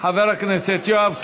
חבר הכנסת יואב קיש.